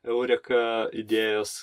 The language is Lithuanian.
eureka idėjos